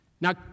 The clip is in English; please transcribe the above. Now